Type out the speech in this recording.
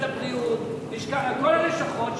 משרד הפנים, לשכת הבריאות, כל הלשכות.